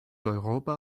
europa